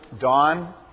Don